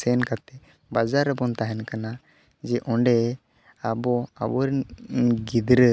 ᱥᱮᱱ ᱠᱟᱛᱮ ᱵᱟᱡᱟᱨ ᱨᱮᱵᱚᱱ ᱛᱟᱦᱮᱱ ᱠᱟᱱᱟ ᱡᱮ ᱚᱸᱰᱮ ᱟᱵᱚ ᱟᱵᱚᱨᱮᱱ ᱜᱤᱫᱽᱨᱟᱹ